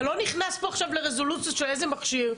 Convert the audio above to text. אתה לא נכנס פה עכשיו לרזולוציה של איזה מכשיר.